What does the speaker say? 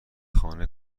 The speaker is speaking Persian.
خانه